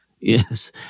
Yes